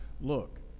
look